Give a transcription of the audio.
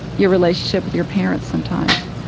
your relationship with your parents sometimes.